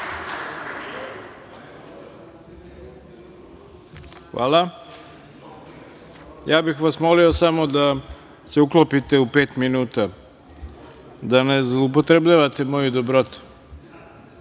Hvala. Molio bih vas samo da se uklopite u pet minuta, da ne zloupotrebljavate moju dobrotu. Kada